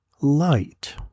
light